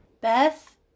Beth